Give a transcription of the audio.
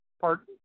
Pardon